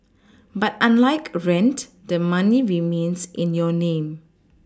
but unlike rent the money remains in your name